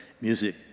music